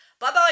Bye-bye